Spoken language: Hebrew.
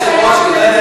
אבל אל תזלזל,